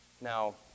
Now